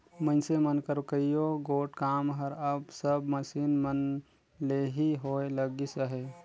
मइनसे मन कर कइयो गोट काम हर अब सब मसीन मन ले ही होए लगिस अहे